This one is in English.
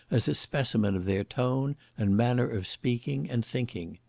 as a specimen of their tone and manner of speaking and thinking.